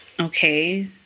Okay